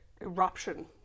eruption